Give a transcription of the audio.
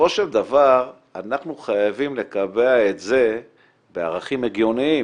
בסופו של דבר אנחנו חייבים לקבע את זה בערכים הגיוניים,